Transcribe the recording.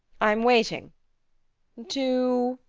i'm waiting to?